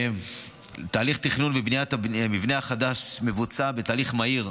תהליך תכנון ובניית המבנה החדש מבוצע בתהליך מהיר,